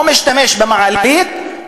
לא משתמש במעלית,